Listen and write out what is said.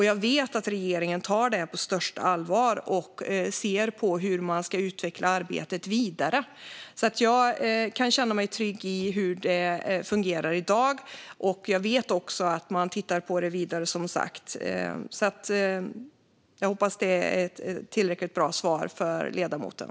Jag vet att regeringen tar detta på största allvar och tittar på hur arbetet ska utvecklas vidare. Jag känner mig alltså trygg i hur det fungerar i dag, och jag vet också att man tittar vidare på det. Jag hoppas att det är ett tillräckligt bra svar för ledamoten.